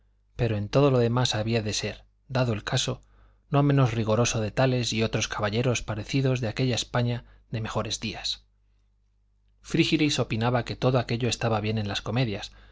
pero en todo lo demás había de ser dado el caso no menos rigoroso que tales y otros caballeros parecidos de aquella españa de mejores días frígilis opinaba que todo aquello estaba bien en las comedias